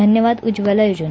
धन्यवाद उज्ज्वला योजना